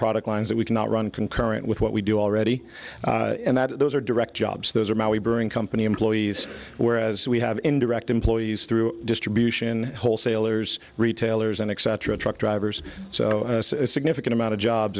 product lines that we cannot run concurrent with what we do already and that those are direct jobs those are my we bring company employees whereas we have indirect employees through distribution wholesalers retailers and except for truck drivers so a significant amount of